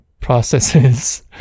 processes